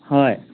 হয়